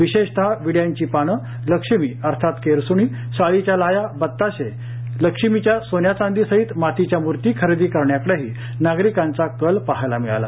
विशेषतः विड्याची पाने लक्ष्मी अर्थात केरसुणी साळीच्या लाह्या बत्तासे लक्ष्मीच्या सोन्या चांदी सहीत मातीच्यामूर्ती खरेदी करण्याकडे ही नागरिकांचा कल पाहायला मिळाला